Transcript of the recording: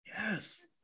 Yes